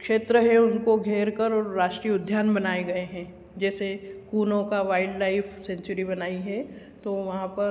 क्षेत्र है उनको घेरकर और राष्ट्रीय उद्यान बनाए गए हैं जैसे कुनो का वाइल्ड लाइफ़ सेंचुरी बनाई है तो वहाँ पर